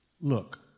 look